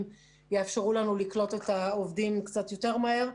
יאפשרו לנו לקלוט את העובדים קצת יותר מהר.